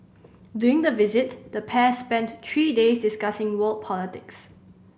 during the visit the pair spent three days discussing world politics